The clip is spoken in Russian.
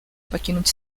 покинуть